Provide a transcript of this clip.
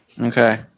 Okay